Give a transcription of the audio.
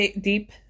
Deep